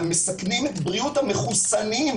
מסכנים את בריאות המחוסנים.